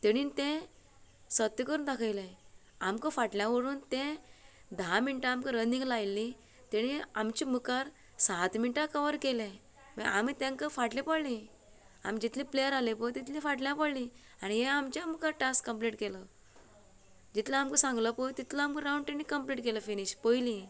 तेणीन तें सत्य करून दाखयलें आमकां फाटल्यान उडोवन तें धा मिनटां आमकां रनींग लायल्ली तेणी आमचे मुखार सात मिनटां कवर केले म्हळ्यार आमी तेंका फाटली पडली आमी जितले प्लेयर आसले पळय तितली फाटल्यान पडली आनी हे आमच्या मुखार टास्क कंम्लीट केलो जितले आमकां सांगलो पळय तितलो आमकां रावंड तांणे कंम्लीट केलो फिनीश पयलीं